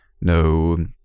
no